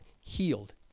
healed